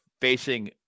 facing